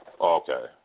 Okay